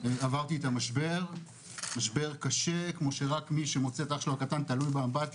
אני חושב שזה אירוע מכונן למדינת ישראל,